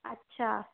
अच्छा